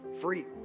free